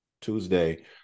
Tuesday